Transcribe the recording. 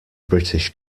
british